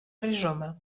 rizoma